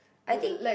I think